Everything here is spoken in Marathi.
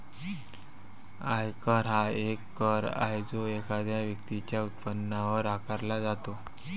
आयकर हा एक कर आहे जो एखाद्या व्यक्तीच्या उत्पन्नावर आकारला जातो